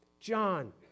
John